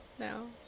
No